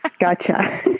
Gotcha